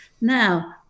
Now